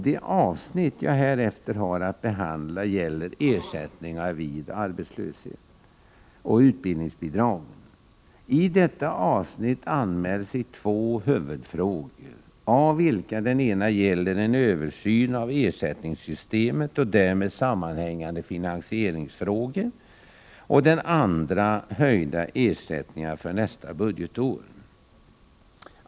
Det avsnitt jag härefter har att behandla gäller ersättningarna vid arbetslöshet och utbildningsbidragen. I detta avsnitt anmäler sig två huvudfrågor, av vilka den ena gäller en översyn av ersättningssystemet och därmed sammanhängande finansieringsfrågor och den andra höjda ersättningar för nästa budgetår.